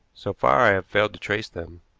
so far i have failed to trace them.